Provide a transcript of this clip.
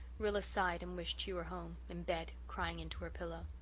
rilla sighed and wished she were home, in bed, crying into her pillow.